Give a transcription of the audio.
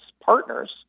partners